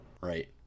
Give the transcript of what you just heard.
right